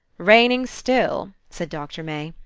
raining, still, said doctor may,